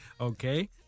okay